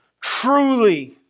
truly